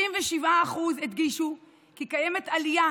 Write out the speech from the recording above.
67% הדגישו כי קיימת עלייה